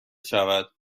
شود